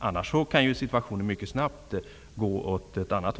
Annars kan situationen mycket snabbt bli en helt annan.